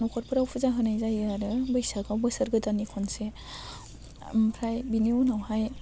न'खरफ्राव फुजा होनाय जायो आरो बैसागाव बोसोर गोदाननि खनसे ओमफ्राय बिनि उनावहाय